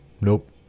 nope